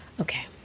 Okay